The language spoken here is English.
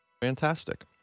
fantastic